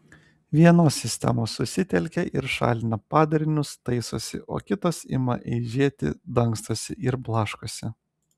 vienos sistemos susitelkia ir šalina padarinius taisosi o kitos ima eižėti dangstosi ir blaškosi